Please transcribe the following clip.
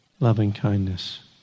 loving-kindness